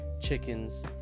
chickens